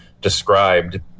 described